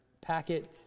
packet